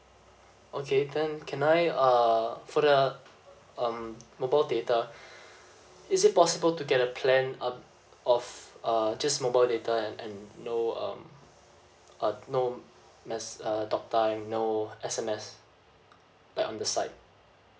okay then can I uh for the um mobile data is it possible to get a plan um of uh just mobile data and and no um uh no ~ M_S uh talk time no S_M_S like on the side